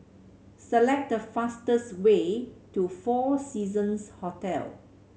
select the fastest way to Four Seasons Hotel